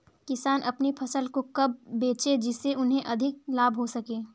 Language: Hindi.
किसान अपनी फसल को कब बेचे जिसे उन्हें अधिक लाभ हो सके?